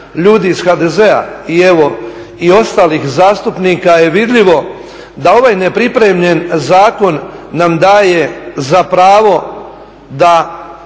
ljudi iz HDZ-a i evo, i ostalih zastupnika je vidljivo da ovaj nepripremljen zakon nam daje za pravo da